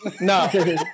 No